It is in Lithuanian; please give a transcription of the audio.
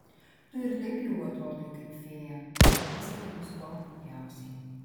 tu ir taip jau atrodai kaip fėja tad viskas bus kuo puikiausiai